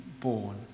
born